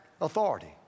authority